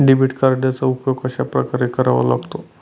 Debit कार्डचा उपयोग कशाप्रकारे करावा लागतो?